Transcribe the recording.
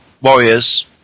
Warriors